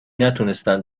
نتونستن